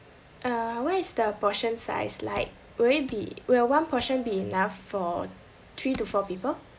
uh what is the portion size like will it be will one portion be enough for three to four people